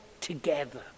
together